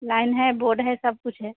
line है board है सब कुछ है